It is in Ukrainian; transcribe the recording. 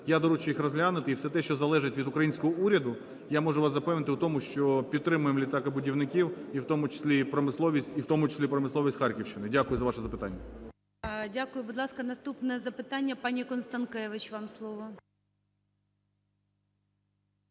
я доручу їх розглянути, і все те, що залежить від українського уряду, я можу вас запевнити в тому, що підтримаємо літакобудівників, і в тому числі і промисловість, і в тому числі промисловість Харківщини. Дякую за ваше запитання. ГОЛОВУЮЧИЙ. Дякую. Будь ласка, наступне запитання. Пані Констанкевич, вам слово.